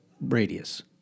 radius